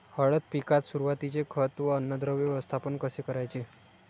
हळद पिकात सुरुवातीचे खत व अन्नद्रव्य व्यवस्थापन कसे करायचे?